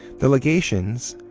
the legations,